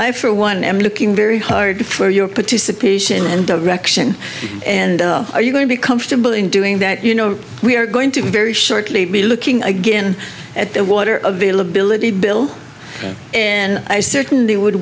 i for one am looking very hard for your participation and direction and are you going to be comfortable in doing that you know we are going to be very shortly be looking again at the water availability bill and i certainly would